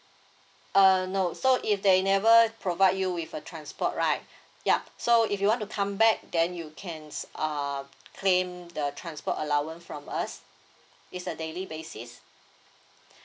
uh no so if they never provide you with a transport right ya so if you want to come back then you can uh claim the transport allowance from us it's a daily basis